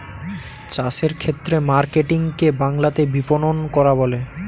চাষের ক্ষেত্রে মার্কেটিং কে বাংলাতে বিপণন করা বলে